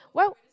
well